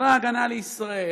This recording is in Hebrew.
צבא ההגנה לישראל,